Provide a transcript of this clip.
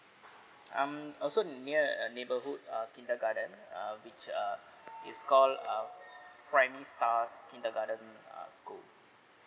um also near uh neighbourhood uh kindergarten uh which err it's call uh primary stars kindergarten ah school